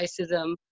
racism